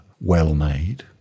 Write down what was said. well-made